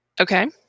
Okay